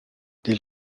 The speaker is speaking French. des